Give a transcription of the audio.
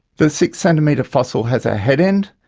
the six centimetre fossil has a head end,